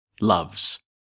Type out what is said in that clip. loves